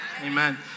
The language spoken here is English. Amen